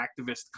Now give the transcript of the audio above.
activist